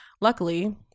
Luckily